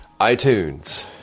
iTunes